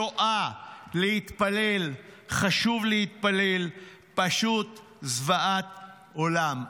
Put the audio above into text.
שואה, להתפלל, חשוב להתפלל, פשוט זוועת עולם.